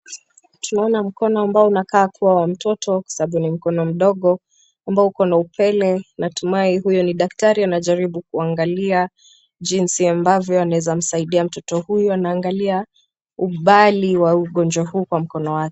Tunaona mkono ambao unakaa kuwa wa mtoto sababu ni mkono mdogo ambao uko na upele. Natumai huyo ni daktari anajaribu kuangalia jinsi ambavyo anaweza msaidia. Mtoto huyu anaangalia umbali wa ugonjwa huu kwa mkono wake.